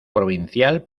provincial